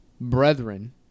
brethren